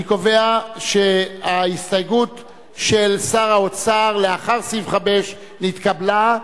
אני קובע שההסתייגות של שר האוצר לאחר סעיף 5 נתקבלה,